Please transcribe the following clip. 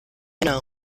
know